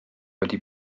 wedi